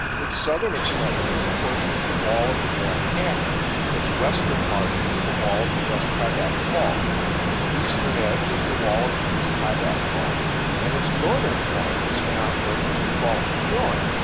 its southern extremity is a portion of the wall of the grand canyon its western margin is the wall of the west kaibab fault its eastern edge is the wall of the east kaibab fault and its northern point is found where the two faults join.